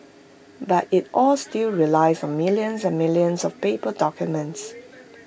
but IT all still relies on millions and millions of paper documents